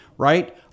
Right